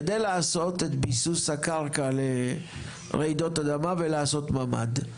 כדי לעשות את ביסוס הקרקע לרעידות אדמה ולעשות ממ"ד.